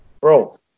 Bro